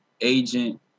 agent